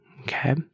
Okay